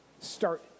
start